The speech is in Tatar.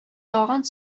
тагын